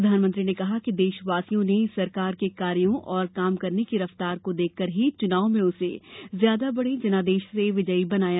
प्रधानमंत्री ने कहा कि देशवासियों ने इस सरकार के कार्यो और काम करने की रफ्तार को देखकर ही चुनाव में उसे ज्यादा बड़े जनादेश से विजयी बनाया